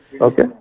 Okay